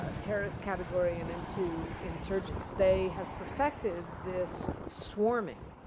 ah terrorist category and into insurgents. they have perfected this swarming